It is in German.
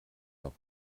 noch